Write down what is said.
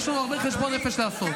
ויש לנו הרבה חשבון נפש לעשות.